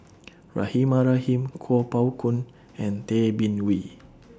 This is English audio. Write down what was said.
Rahimah Rahim Kuo Pao Kun and Tay Bin Wee